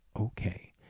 okay